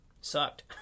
sucked